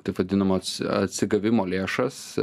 taip vadinamas atsigavimo lėšas